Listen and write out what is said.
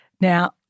Now